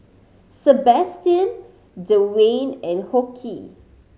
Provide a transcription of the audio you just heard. Sabastian Dewayne and Hoke